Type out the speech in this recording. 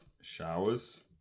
Showers